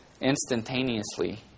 instantaneously